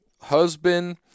husband